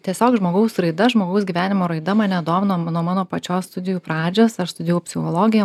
tiesiog žmogaus raida žmogaus gyvenimo raida mane domino mano nuo mano pačios studijų pradžios aš studijavau psichologiją